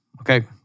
Okay